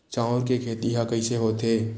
चांउर के खेती ह कइसे होथे?